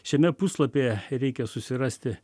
šiame puslapyje reikia susirasti